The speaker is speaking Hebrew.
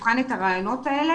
אנחנו נבחן את הרעיונות האלה,